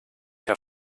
herr